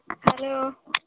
hello